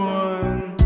one